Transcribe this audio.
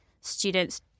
students